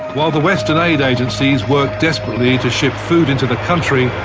while the western aid agencies worked desperately to ship food into the country,